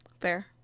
Fair